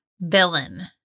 villain